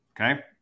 okay